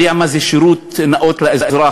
יודע מה זה שירות נאות לאזרח.